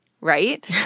right